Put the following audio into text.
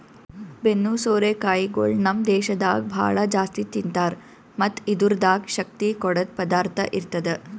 ಬೆನ್ನು ಸೋರೆ ಕಾಯಿಗೊಳ್ ನಮ್ ದೇಶದಾಗ್ ಭಾಳ ಜಾಸ್ತಿ ತಿಂತಾರ್ ಮತ್ತ್ ಇದುರ್ದಾಗ್ ಶಕ್ತಿ ಕೊಡದ್ ಪದಾರ್ಥ ಇರ್ತದ